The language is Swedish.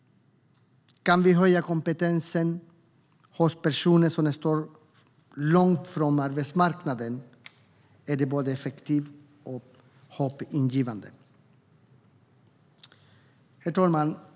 Om vi kan höja kompetensen hos personer som står långt från arbetsmarknaden är det både effektivt och hoppingivande. Herr talman!